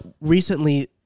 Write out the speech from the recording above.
recently